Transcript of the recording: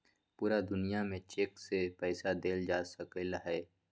पूरा दुनिया में चेक से पईसा देल जा सकलई ह